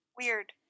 weird